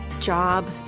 job